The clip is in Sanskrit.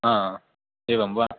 हा एवं वा